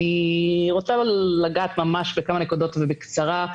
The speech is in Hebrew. אני רוצה לגעת ממש בכמה נקודות ובקצרה.